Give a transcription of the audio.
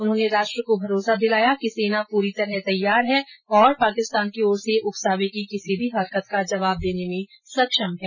उन्होंने राष्ट्र को भरोसा दिलाया कि सेना पूरी तरह तैयार है और पाकिस्तान की ओर से उकसावे की किसी भी हरकत का जवाब देने में सक्षम है